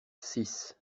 six